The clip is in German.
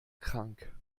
krank